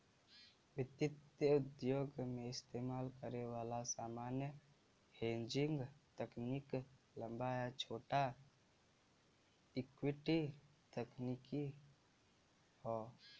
वित्तीय उद्योग में इस्तेमाल करे वाला सामान्य हेजिंग तकनीक लंबा या छोटा इक्विटी तकनीक हौ